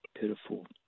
pitiful